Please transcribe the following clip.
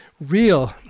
real